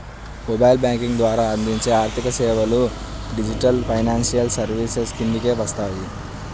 mobile banking ద్వారా అందించే ఆర్థికసేవలు డిజిటల్ ఫైనాన్షియల్ సర్వీసెస్ కిందకే వస్తాయి